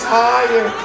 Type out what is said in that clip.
higher